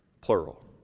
plural